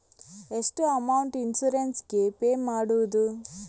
ಎಷ್ಟು amount insurance ಗೇ pay ಮಾಡುವುದು?